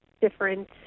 different